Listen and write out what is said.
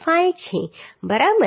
25 છે બરાબર